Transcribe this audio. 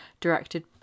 directed